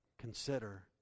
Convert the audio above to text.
consider